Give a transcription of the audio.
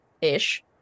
ish